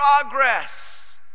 progress